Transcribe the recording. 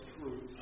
truth